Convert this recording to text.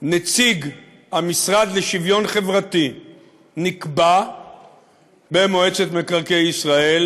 נציג המשרד לשוויון חברתי נקבע במועצת מקרקעי ישראל,